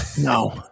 No